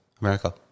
America